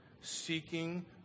seeking